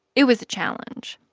it was a challenge.